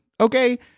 Okay